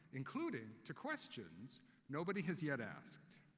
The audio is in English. including to questions nobody's yet asked.